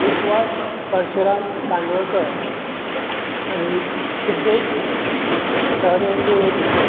Vishwas Parshuram Kandolkar Siddhesh Sahdev Tiroji